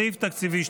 סעיף תקציבי 12,